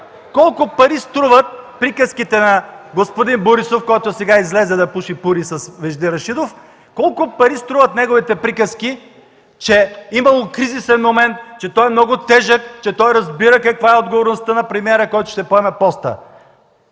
Колко пари струват приказките на господин Борисов, който сега излезе да пуши пури с Вежди Рашидов, колко пари струват неговите приказки, че имало кризисен момент, че той е много тежък, че той разбира каква е отговорността на премиера, който ще поеме поста?